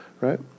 Right